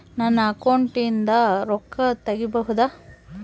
ನನ್ನ ಅಕೌಂಟಿಂದ ರೊಕ್ಕ ತಗಿಬಹುದಾ?